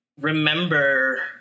remember